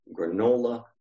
granola